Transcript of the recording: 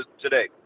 today